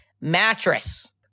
mattress